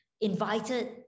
invited